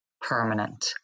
permanent